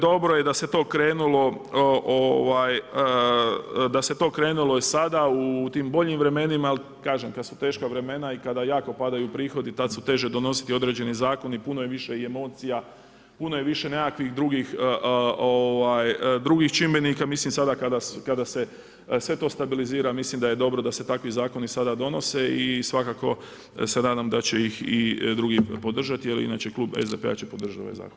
Dobro da se je to krenulo sada u tim boljim vremenima, jer kažem kada su teška vremena i kada jako padaju prihodi, tada se tuđe donose određeni zakoni, puno je više emocija, puno je više nekakvih drugih čimbenika, mislim sada kada se sve to stabilizira, mislim da je dobro da se takvi zakoni sada donose i svakako se nadam da će ih i drugi podržati, jer inače Klub SDP-a će podržati ovaj zakon.